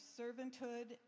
servanthood